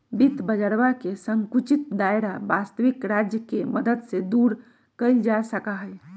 वित्त बाजरवा के संकुचित दायरा वस्तबिक राज्य के मदद से दूर कइल जा सका हई